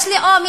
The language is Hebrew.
יש לאום,